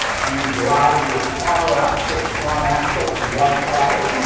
you drive your car up, put the front axle on one trolley,